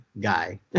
guy